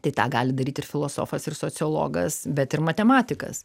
tai tą gali daryt ir filosofas ir sociologas bet ir matematikas